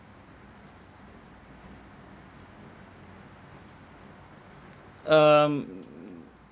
um